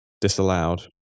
disallowed